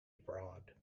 abroad